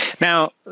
Now